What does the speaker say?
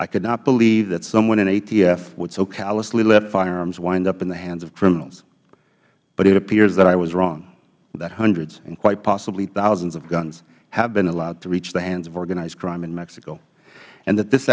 i could not believe that someone in atf would so callously let firearms wind up in the hands of criminals but it appears that i was wrong that hundreds and quite possibly thousands of guns have been allowed to reach the hands of organized crime in mexico and that this